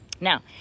now